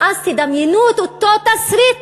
אז תדמיינו את אותו תסריט